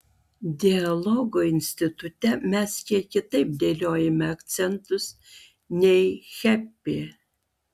dialogo institute mes kiek kitaip dėliojame akcentus nei hepi